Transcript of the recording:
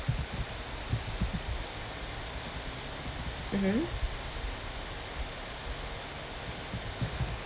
mmhmm